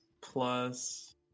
plus